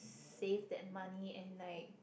save that money and like